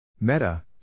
Meta